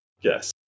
Yes